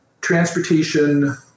transportation